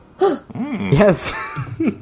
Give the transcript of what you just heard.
Yes